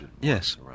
Yes